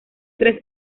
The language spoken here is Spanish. tres